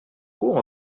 cours